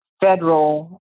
federal